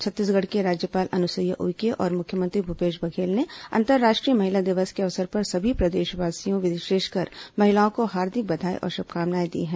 छत्तीसगढ़ की राज्यपाल अनुसुईया उइके और मुख्यमंत्री भूपेश बघेल ने अंतर्राष्ट्रीय महिला दिवस के अवसर पर सभी प्रदेशवासियों विशेषकर महिलाओं को हार्दिक बधाई और शुभकामनाएं दी हैं